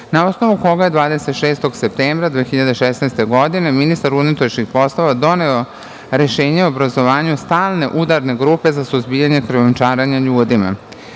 na osnovu koga je 26. septembra 2016. godine ministar unutrašnjih poslova doneo rešenje o obrazovanju Stalne udarne grupe za suzbijanje krijumčarenja ljudima. Imajući